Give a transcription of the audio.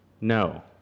no